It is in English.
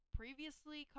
previously